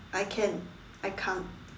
I can I can't